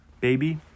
baby